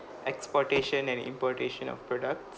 exportation and importation of producta